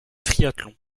triathlon